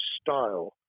style